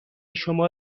شما